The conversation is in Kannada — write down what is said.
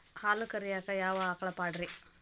ಹಾಲು ಕರಿಯಾಕ ಯಾವ ಆಕಳ ಪಾಡ್ರೇ?